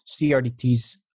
CRDTs